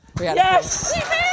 Yes